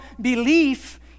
belief